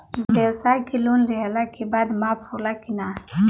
ब्यवसाय के लोन लेहला के बाद माफ़ होला की ना?